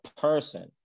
person